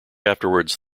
afterwards